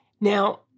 Now